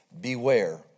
Beware